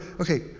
okay